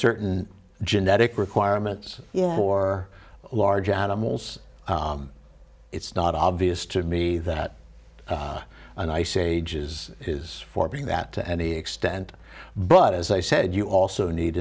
certain genetic requirements for large animals it's not obvious to me that an ice ages is for being that to any extent but as i said you also need